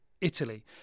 Italy